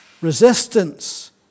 resistance